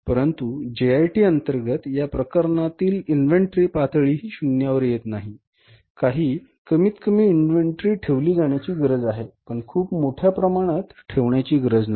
परंतु जेआयटी अंतर्गत या प्रकरणातील इन्व्हेंटरी पातळीही शून्यावर येत नाही काही कमीतकमी इन्व्हेंटरी ठेवली जाण्याची गरज आहे पण खूप मोठ्या प्रमाणात ठेवण्याची गरज नाही